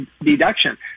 deduction